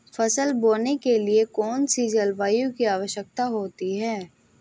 फसल बोने के लिए कौन सी जलवायु की आवश्यकता होती है?